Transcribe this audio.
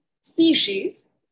species